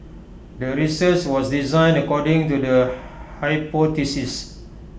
the research was designed according to the hypothesis